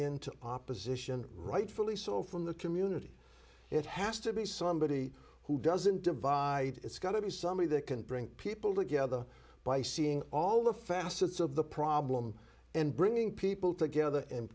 into opposition rightfully so from the community it has to be somebody who doesn't divide it's got to be somebody that can bring people together by seeing all the facets of the problem and bringing people together and